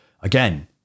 again